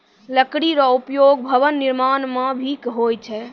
लकड़ी रो उपयोग भवन निर्माण म भी होय छै